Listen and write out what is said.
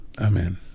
Amen